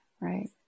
Right